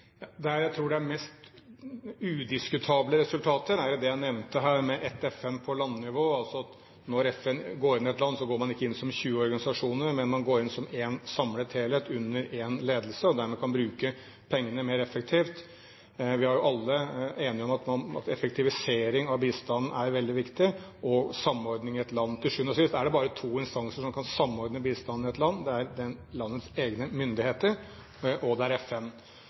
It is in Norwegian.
jeg tror det er mest udiskutable resultater, er jo, som jeg nevnte, ett FN på landnivå – altså at når FN går inn i et land, så går man ikke inn som 20 organisasjoner, men man går inn som én samlet helhet under én ledelse. Dermed kan man bruke pengene mer effektivt. Vi er jo alle enige om at effektivisering av bistanden er veldig viktig, og samordning i et land. Til syvende og sist er det bare to instanser som kan samordne bistanden i et land: Det er landets egne myndigheter, og det er FN.